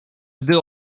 gdy